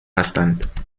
هستند